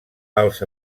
els